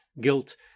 guilt